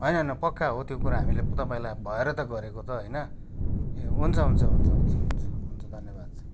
होइन होइन पक्का हो त्यो कुरा हामीले तपाईँलाई भएर त गरेको त होइन ए हुन्छ हुन्छ हुन्छ हुन्छ हुन्छ हुन्छ धन्यवाद